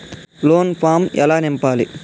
Loan form ఎలా నింపాలి?